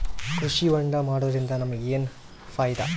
ಕೃಷಿ ಹೋಂಡಾ ಮಾಡೋದ್ರಿಂದ ನಮಗ ಏನ್ ಫಾಯಿದಾ?